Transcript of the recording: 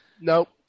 Nope